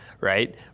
right